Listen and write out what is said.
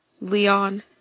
Leon